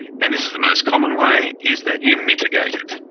and this is the most common way, is that you mitigate it.